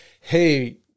hey